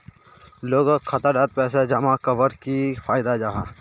लोगोक खाता डात पैसा जमा कवर की फायदा जाहा?